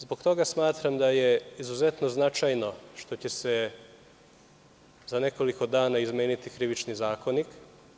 Zbog toga smatram da je izuzetno značajno što će se za nekoliko dana izmeniti Krivični zakonik.